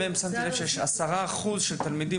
בפילוח של הממ"מ שמתי לב ש- 10% מהתלמידים